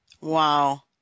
Wow